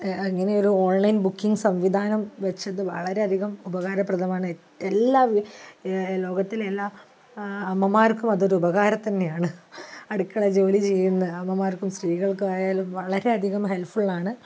ഇങ്ങനെയൊരു online booking സംവിധാനം വെച്ചത് വളരെയധികം ഉപകാരപ്രദമാണ് എല്ലാ ലോകത്തിലെല്ലാ അമ്മമാർക്കും അതൊരു ഉപകാരം തന്നെയാണ് അടുക്കളയിൽ ജോലി ചെയ്യുന്ന അമ്മമാർക്കും സ്ത്രീകൾക്കായാലും വളരെയധികം ഹെൽപ്ഫുള്ള് ആണ്